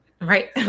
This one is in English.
right